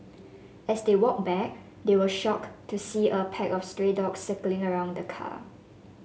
as they walked back they were shocked to see a pack of stray dogs circling around the car